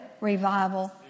revival